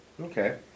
Okay